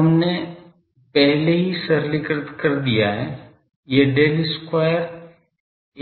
अब हमने पहले ही सरलीकृत कर दिया है ये Del square